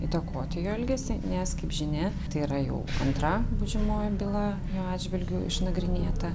įtakoti jo elgesį nes kaip žinia tai yra jau antra baudžiamoji byla jo atžvilgiu išnagrinėta